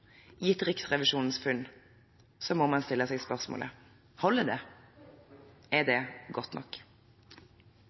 Gitt Riksrevisjonens funn må man stille seg spørsmålet: Holder det? Er det godt nok?